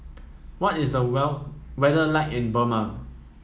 what is the well weather like in Burma